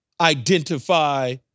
identify